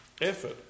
effort